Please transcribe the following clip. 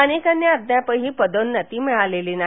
अनेकांना अद्यापही पदोन्नती मिळालेली नाही